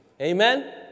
Amen